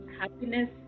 happiness